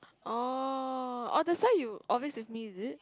orh that's why you always with me is it